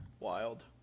Wild